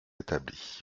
établi